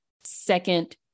second